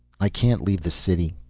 i can't leave the city,